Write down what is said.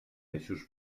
eixos